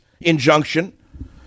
injunction